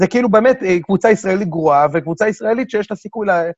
זה כאילו באמת קבוצה ישראלית גרועה וקבוצה ישראלית שיש לה סיכוי ל...